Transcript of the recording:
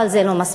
אבל זה לא מספיק.